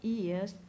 ears